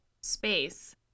space